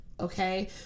Okay